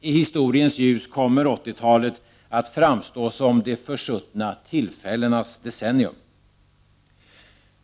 I historiens ljus kommer 80-talet att framstå som De försuttna tillfällenas decennium.